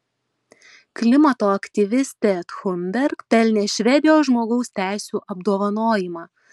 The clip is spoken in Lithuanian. klimato aktyvistė thunberg pelnė švedijos žmogaus teisių apdovanojimą